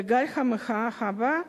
לגל המחאה הבא,